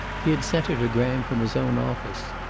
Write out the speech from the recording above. he had sent her to graham from his own office.